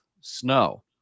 snow